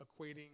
equating